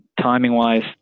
timing-wise